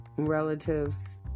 relatives